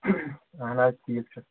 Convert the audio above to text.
اَہَن حظ ٹھیٖک چھُ